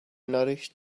nourished